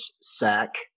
sack